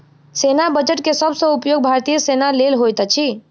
सेना बजट के सब सॅ उपयोग भारतीय सेना लेल होइत अछि